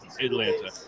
Atlanta